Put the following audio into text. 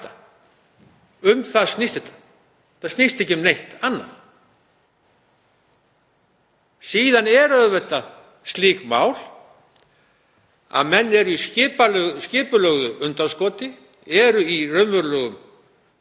Um það snýst þetta. Þetta snýst ekki um neitt annað. Síðan eru auðvitað slík mál að menn eru í skipulögðu undanskoti, eru í raunverulegum